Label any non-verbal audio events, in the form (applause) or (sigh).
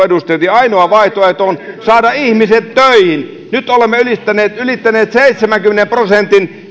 (unintelligible) edustajat niin ainoa vaihtoehto on saada ihmiset töihin nyt olemme ylittäneet työllisyydessä seitsemänkymmenen prosentin